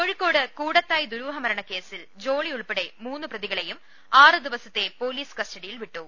കോഴിക്കോട് കൂടത്തായ് ദ്ദുരൂഹമരണ കേസിൽ ജോളിയുൾപ്പടെ മൂന്ന് പ്രതികളേയും ആറു ദിവസത്തെ പൊലീസ് കസ്റ്റഡിയിൽ വിട്ടു